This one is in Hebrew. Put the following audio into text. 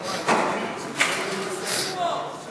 1